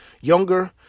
younger